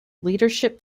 leadership